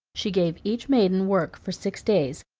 she gave each maiden work for six days,